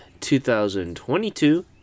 2022